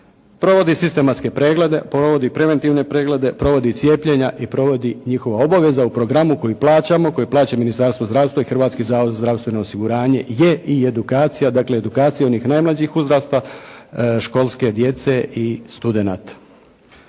provodi sistematske preglede, provodi preventivne preglede, provodi cijepljenja i provodi njihova obaveza. U programu koji plaćamo, koji plaća Ministarstvo zdravstva i Hrvatski zavod za zdravstveno osiguranje je i edukacija, dakle edukacija onih najmlađih uzrasta školske djece i studenata.